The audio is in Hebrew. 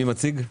מי מציג?